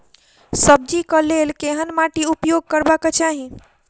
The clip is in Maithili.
सब्जी कऽ लेल केहन माटि उपयोग करबाक चाहि?